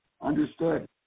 Understood